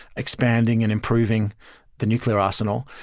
expanding and improving the nuclear arsenal.